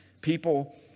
People